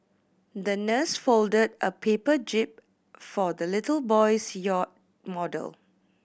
the nurse folded a paper jib for the little boy's yacht model